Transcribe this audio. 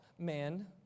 Man